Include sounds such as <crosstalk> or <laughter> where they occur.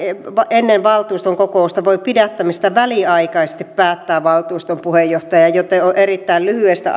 ennen valtuuston kokousta voi pidättämisestä väliaikaisesti päättää valtuuston puheenjohtaja joten on erittäin lyhyestä <unintelligible>